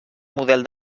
model